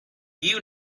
you